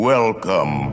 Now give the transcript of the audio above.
Welcome